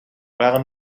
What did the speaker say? waren